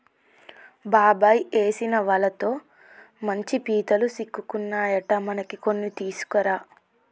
బాబాయ్ ఏసిన వలతో మంచి పీతలు సిక్కుకున్నాయట మనకి కొన్ని తీసుకురా